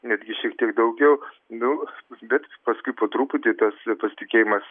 netgi šiek tiek daugiau nu bet paskui po truputį tas pasitikėjimas